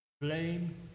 Blame